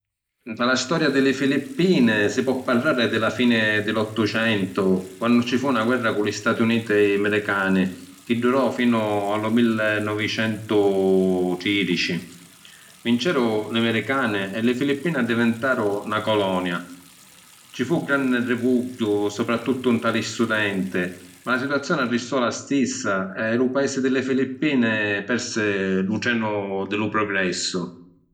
Nta la storia di li Filippine, si po’ parrari di la fini di lu ottucentu quannu ci fu na guerra cu li Stati Uniti ‘miricani chi durò finu a lu millinovicentutridici. Vinceru li ‘miricani e li Filippine addivintarinu na colonia. Ci fu granni rivugghiu supratuttu ntra li studenti, ma la situazioni arristò la stissa e lu paisi di li Filippine persi lu trenu di lu progressu.